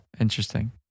Interesting